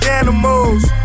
animals